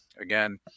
again